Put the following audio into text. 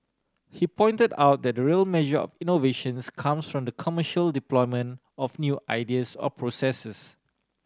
he pointed out that the real measure of innovations comes from the commercial deployment of new ideas or processes